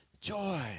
joy